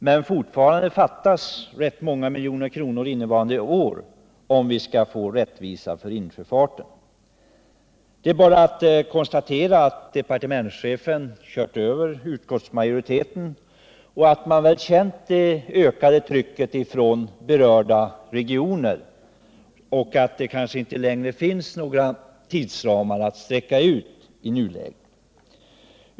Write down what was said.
Men fortfarande fattas många miljoner kronor innevarande år om vi skall åtstadkomma rättvisa för insjöfarten. Det är bara att konstatera att departementschefen kört över utskottsmajoriteten och känt det ökade trycket från berörda regioner så hårt att det inte längre finns några tidsramar att utsträcka i nuläget.